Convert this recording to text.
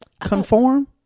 conform